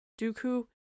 Dooku